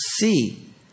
see